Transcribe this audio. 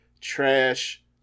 trash